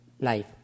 life